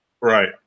Right